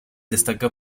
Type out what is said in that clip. destaca